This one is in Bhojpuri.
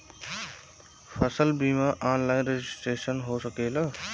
फसल बिमा ऑनलाइन रजिस्ट्रेशन हो सकेला?